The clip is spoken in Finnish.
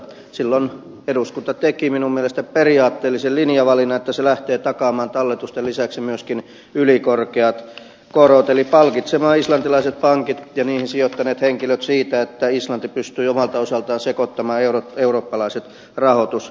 silloin eduskunta teki minun mielestäni periaatteellisen linjavalinnan että se lähtee takaamaan talletusten lisäksi myöskin ylikorkeat korot eli palkitsemaan islantilaiset pankit ja niihin sijoittaneet henkilöt siitä että islanti pystyi omalta osaltaan sekoittamaan eurooppalaiset rahoitusmarkkinat